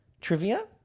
Trivia